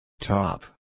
Top